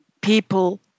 people